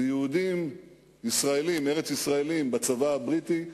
ויהודים ארץ-ישראלים בצבא הבריטי,